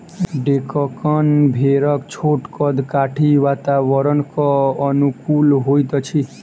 डेक्कन भेड़क छोट कद काठी वातावरणक अनुकूल होइत अछि